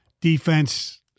Defense